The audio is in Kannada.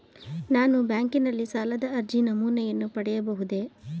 ನಾನು ಬ್ಯಾಂಕಿನಲ್ಲಿ ಸಾಲದ ಅರ್ಜಿ ನಮೂನೆಯನ್ನು ಪಡೆಯಬಹುದೇ?